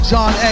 John